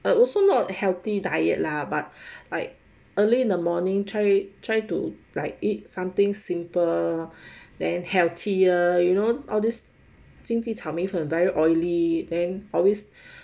I also not healthy diet lah but like early in the morning try try to like eat something simple then healthier you know those 经济炒米粉 very oily then always